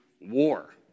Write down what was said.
war